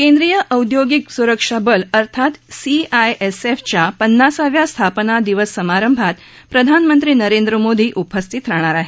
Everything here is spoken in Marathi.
केंद्रीय औद्योगिक सुरक्षा बल अर्थात सीआयएसएफच्या पन्नासाव्या स्थापना दिवस समारंभात प्रधानमंत्री नरेंद्र मोदी उपस्थित राहणार आहेत